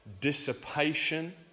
dissipation